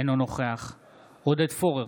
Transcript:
אינו נוכח עודד פורר,